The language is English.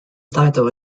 title